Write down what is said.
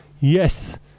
Yes